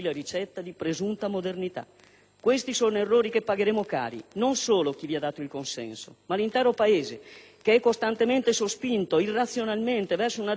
Questi sono errori che pagheremo cari, non solo chi vi ha dato il consenso, ma l'intero Paese che è costantemente sospinto, irrazionalmente, verso una deriva populistica e massimalista